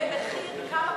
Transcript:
כמחיר כמה,